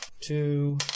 two